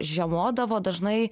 žiemodavo dažnai